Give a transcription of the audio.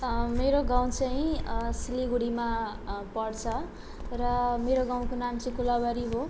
मेरो गाउँ चाहिँ सिलगढीमा पर्छ र मेरो गाउँको नाउँ चाहिँ कोलाबारी हो